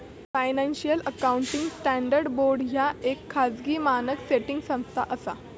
financial accounting standards board ह्या येक खाजगी मानक सेटिंग संस्था असा